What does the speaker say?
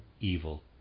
evil